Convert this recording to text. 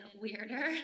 weirder